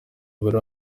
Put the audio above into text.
bari